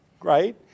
Right